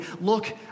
look